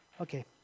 Okay